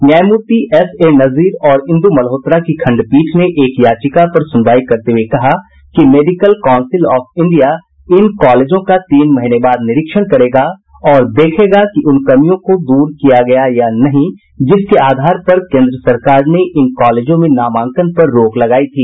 न्यायमूर्ति एसए नजीर और इंदु मल्होत्रा की खंडपीठ ने एक याचिका पर सुनवाई करते हुये कहा कि मेडिकल काउंसिल ऑफ इंडिया इन कॉलेजों का तीन महीने बाद निरीक्षण करेगा और देखेगा की उन कमियों को दूर किया गया है या नहीं जिसके आधार पर केन्द्र सरकार ने इन कॉलेजों में नामांकन पर रोक लगायी थी